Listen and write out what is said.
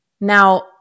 Now